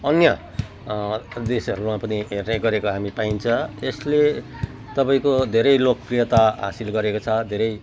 अन्य देशहरूमा पनि हेर्ने गरेको हामी पाइन्छ यसले तपाईँको धेरै लोकप्रियता हासिल गरेको छ धेरै